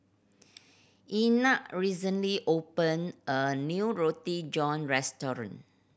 Ina recently opened a new Roti John restaurant